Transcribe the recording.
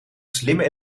slimme